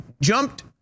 jumped